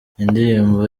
indirimbo